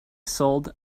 sold